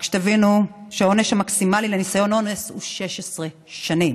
רק שתבינו שהעונש המקסימלי לניסיון אונס הוא 16 שנים.